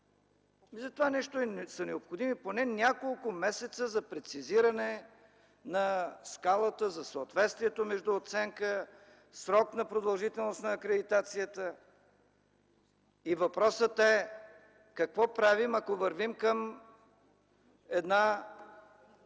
За това нещо са необходими поне няколко месеца за прецизиране на скалата на съответствието между оценка, срок на продължителност на акредитацията. И въпросът е: какво правим, ако вървим към един